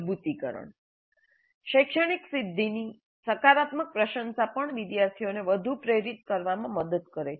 મજબૂતીકરણ શૈક્ષણિક સિદ્ધિની સકારાત્મક પ્રશંસા પણ વિદ્યાર્થીઓને વધુ પ્રેરિત થવામાં મદદ કરે છે